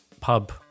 pub